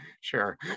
sure